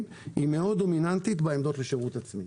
היא דומיננטית מאוד בעמדות לשירות עצמי.